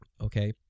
Okay